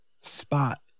spot